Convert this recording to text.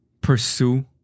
pursue